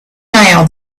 now